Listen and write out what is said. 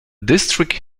district